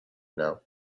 know